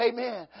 Amen